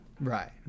Right